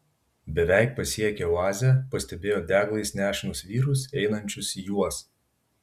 beveik pasiekę oazę pastebėjo deglais nešinus vyrus einančius į juos